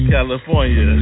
California